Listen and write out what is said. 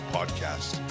Podcast